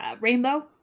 rainbow